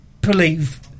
believe